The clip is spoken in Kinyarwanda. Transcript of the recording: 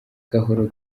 gahoro